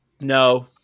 no